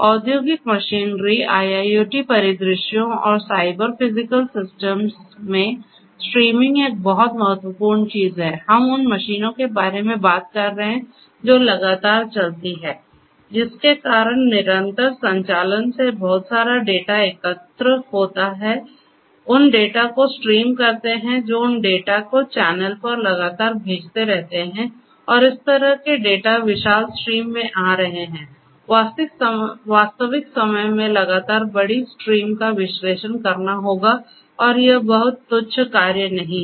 औद्योगिक machinery IIoT परिदृश्यों और साइबर फिजिकल सिस्टम्स में स्ट्रीमिंग एक बहुत महत्वपूर्ण चीज है हम उन मशीनों के बारे में बात कर रहे हैं जो लगातार चलती हैं जिसके कारण निरंतर संचालन से बहुत सारा डेटा एकत्र होता हैं उन डेटा को स्ट्रीम करते हैं जो उन डेटा को चैनल पर लगातार भेजते रहते हैं और इस तरह के डेटा विशाल स्ट्रीम में आ रहे हैं वास्तविक समय में लगातार बड़ी स्ट्रीम का विश्लेषण करना होगा और यह बहुत तुच्छ कार्य नहीं है